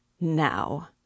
now